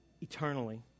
eternally